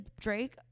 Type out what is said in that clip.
Drake